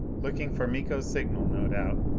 looking for miko's signal, no doubt,